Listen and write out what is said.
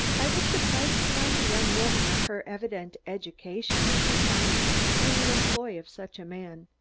i was surprised to find a young woman of her evident education and refinement in the employ of such a man.